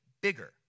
bigger